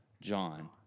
John